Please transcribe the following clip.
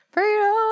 Freedom